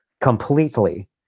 completely